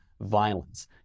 violence